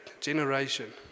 generation